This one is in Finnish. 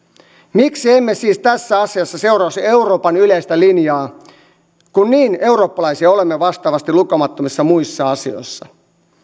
miksi emme siis tässä asiassa seuraisi euroopan yleistä linjaa kun niin eurooppalaisia olemme vastaavasti lukemattomissa muissa asioissa